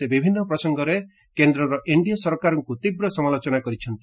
ସେ ବିଭିନ୍ନ ପ୍ରସଙ୍ଗରେ କେନ୍ଦ୍ରରେ ଏନଡିଏ ସରକାରଙ୍କୁ ସମାଲୋଚନା କରିଛନ୍ତି